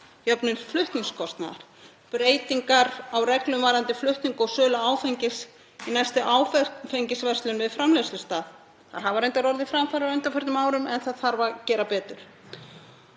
jöfnun flutningskostnaðar og breytingar á reglum varðandi flutning og sölu áfengis í næstu áfengisverslun við framleiðslustað. Þar hafa reyndar orðið framfarir á undanförnum árum en það þarf að gera betur.